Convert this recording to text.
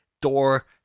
door